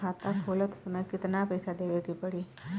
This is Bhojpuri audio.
खाता खोलत समय कितना पैसा देवे के पड़ी?